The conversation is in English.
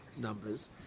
numbers